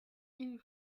ille